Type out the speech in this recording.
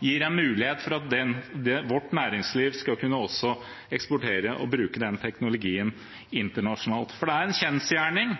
gir en mulighet for at vårt næringsliv også skal kunne eksportere og bruke den teknologien internasjonalt. For det er en kjensgjerning